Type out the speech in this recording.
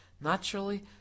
Naturally